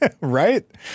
Right